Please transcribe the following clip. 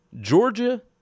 Georgia